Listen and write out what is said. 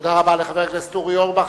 תודה רבה לחבר הכנסת אורי אורבך.